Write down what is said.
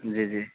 جی جی